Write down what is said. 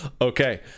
Okay